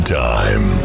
time